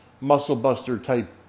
muscle-buster-type